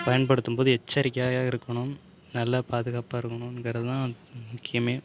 பயன்படுத்தும் போது எச்சரிக்கையாக இருக்கணும் நல்லா பாதுகாப்பாக இருக்கணும்ங்கிறது தான் முக்கியமே